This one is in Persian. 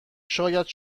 شاید